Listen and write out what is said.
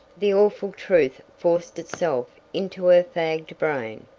the awful truth forced itself into her fagged brain.